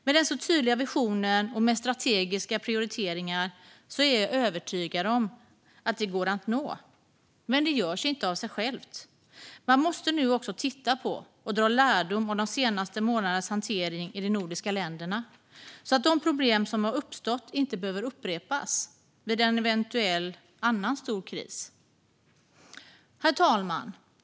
Med den tydliga visionen och med strategiska prioriteringar är jag övertygad om att det går att nå. Men det görs inte av sig självt. Man måste nu också titta på och dra lärdom av de nordiska ländernas hantering de senaste månaderna, så att de problem som har uppstått inte behöver upprepas vid en eventuell annan stor kris. Herr talman!